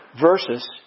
versus